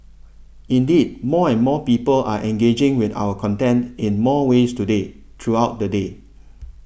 indeed more and more people are engaging with our content in more ways today throughout the day